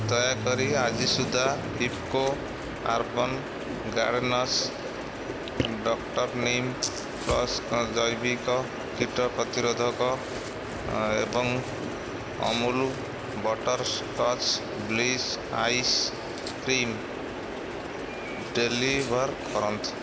ଦୟାକରି ଆଜି ସୁଦ୍ଧା Rifco urban gardens doctor neem plus ଜୈବିକ କୀଟ ପ୍ରତିରୋଧକ ଓ ଏବଂ Amul butterscotch bliss ice cream deliver କରନ୍ତୁ